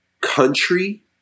country